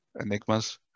enigmas